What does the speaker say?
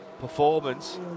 performance